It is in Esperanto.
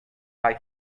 kaj